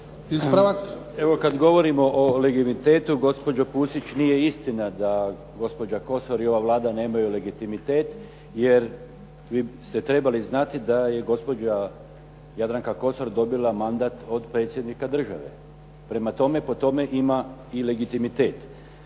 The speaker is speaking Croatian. Evo kada govorimo o legitimitetu gospođo Pusić nije istina da gospođa Kosor i ova Vlada nemaju legitimitet, jer biste trebali znati da je gospođa Jadranka Kosor dobila mandat od predsjednika države, prema tome po tome ima i legitimitet.